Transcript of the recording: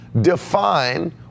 define